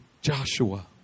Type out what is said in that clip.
Joshua